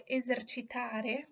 esercitare